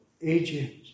Egypt